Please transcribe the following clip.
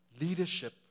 leadership